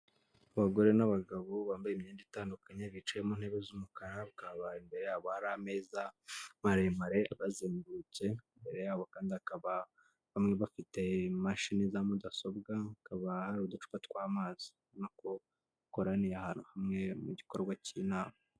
Abagore n'abagabo bambaye imyenda itandukanye bicaye mu ntebe z'umukara bakaba imbere yabo hari ameza maremare abazengurutse imbere yabo, kandi bamwe bafite imashini za mudasobwa; hakaba hari uducupa tw'amazi bakoraniye ahantu hamwe mu gikorwa cy'inama.